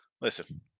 Listen